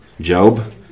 Job